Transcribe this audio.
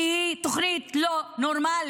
כי היא תוכנית לא נורמלית.